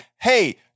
hey